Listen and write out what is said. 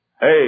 Hey